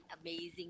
amazing